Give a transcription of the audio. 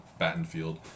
Battenfield